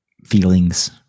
Feelings